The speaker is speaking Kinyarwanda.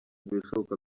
ibishoboka